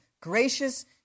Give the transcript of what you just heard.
gracious